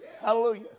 Hallelujah